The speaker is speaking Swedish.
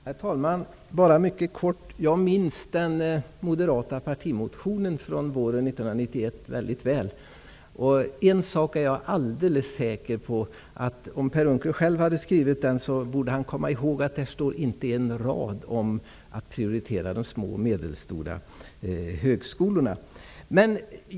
Herr talman! Jag minns mycket väl den moderata partimotionen från våren 1991. En sak är jag helt säker på, och det är att Per Unckel, om han hade skrivit motionen själv, borde ha kommit ihåg att där inte står en rad om att prioritera de små och medelstora högskolorna.